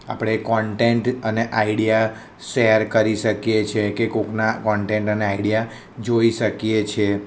આપણે કોન્ટેન્ટ અને idea share કરી શકીએ છે કે કોઈકના કોન્ટેન્ટ અને આઇડિયા જોઈ શકીએ છે